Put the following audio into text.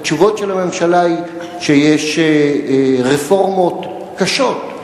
והתשובות של הממשלה היא שיש רפורמות קשות,